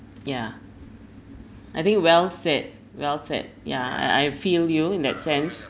ya I think well said well said ya I I feel you in that sense